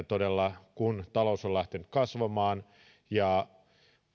todella se kun talous on lähtenyt kasvamaan ja